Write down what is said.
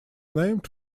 named